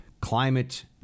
climate